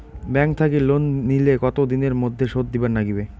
Bank থাকি loan নিলে কতো দিনের মধ্যে শোধ দিবার নাগিবে?